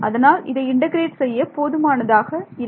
அதனால் இதை இன்டெகிரேட் செய்ய போதுமானதாக இல்லை